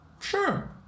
Sure